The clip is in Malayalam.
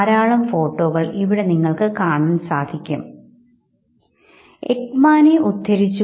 സാംസ്കാരിക അവസ്ഥകളുടെ സ്വാധീനം നിമിത്തമാണ് ഇത്തരം പ്രോത്സാഹജനകമായ മറുപടികൾ നൽകാത്തത്